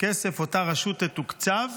כסף אותה רשות תתוקצב